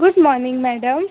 good morning madam